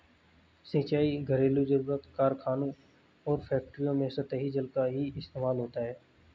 सिंचाई, घरेलु जरुरत, कारखानों और फैक्ट्रियों में सतही जल का ही इस्तेमाल होता है